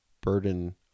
burden